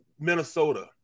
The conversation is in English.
minnesota